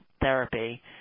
therapy